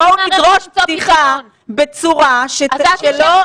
בואו נדרוש פתיחה בצורה שלא --- אז